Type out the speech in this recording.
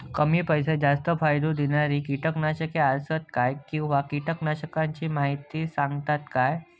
कमी पैशात जास्त फायदो दिणारी किटकनाशके आसत काय किंवा कीटकनाशकाचो माहिती सांगतात काय?